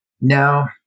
Now